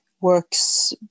works